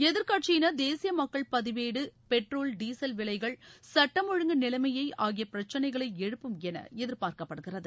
எதிர்க்கட்சியினர் தேசிய மக்கள் பதிவேடு பெட்ரோல் டீசல் விலைகள் சட்டம் ஒழுங்கு நிலைமை ஆகிய பிரச்சினைகளை எழுப்பும் என எதிர்பார்க்கப்படுகிறது